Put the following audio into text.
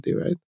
right